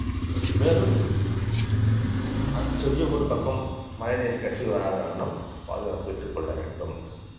மேலும் அந்த சுவிட்ச் போர்டு பக்கம் மழைநீர் கசிவு வராத வண்ணம் பாதுகாத்து வைத்துக்கொள்ள வேண்டும்